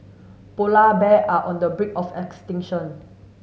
polar bear are on the brink of extinction